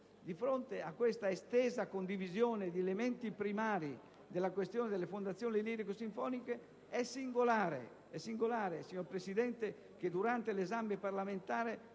Di fronte a questa estesa condivisione di elementi primari della questione delle fondazioni lirico-sinfoniche, è singolare che durante l'esame parlamentare